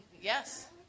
Yes